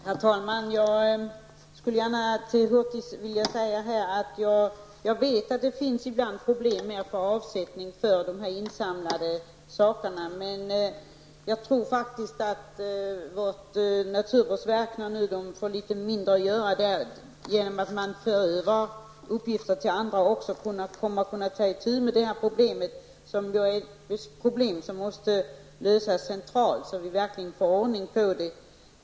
Herr talman! Jag skulle gärna till Bengt Hurtig vilja säga att jag vet att det ibland förekommer problem med att få avsättning för de insamlade produkterna. Men jag tror faktiskt att vårt naturvårdsverk, när man får litet mindre att göra, genom att uppgifter förs över även till andra, kommer att kunna ta itu med detta problem, som måste lösas centralt, så att vi verkligen får ordning på det.